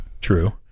true